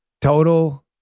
Total